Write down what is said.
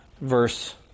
verse